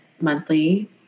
monthly